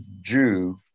Jew